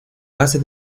base